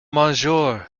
monsieur